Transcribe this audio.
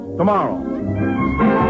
Tomorrow